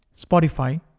Spotify